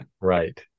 Right